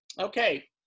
Okay